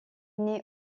n’est